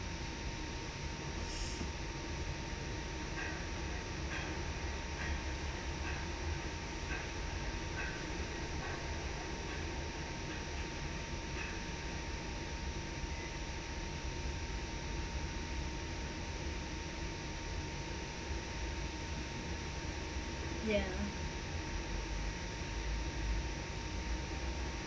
ya